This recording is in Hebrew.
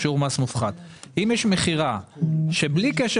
או שיעור מס מופחת --- אם יש מכירה שבלי קשר